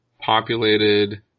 populated